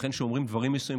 ולכן כשאומרים דברים מסוימים,